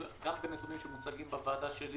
גם כן נתונים שמוצגים בוועדה שלי